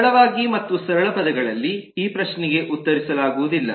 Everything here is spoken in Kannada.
ಸರಳವಾಗಿ ಮತ್ತು ಸರಳ ಪದಗಳಲ್ಲಿ ಈ ಪ್ರಶ್ನೆಗೆ ಉತ್ತರಿಸಲಾಗುವುದಿಲ್ಲ